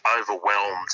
overwhelmed